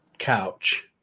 couch